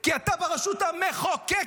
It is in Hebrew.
כי אתה ברשות המחוקקת.